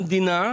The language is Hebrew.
המדינה,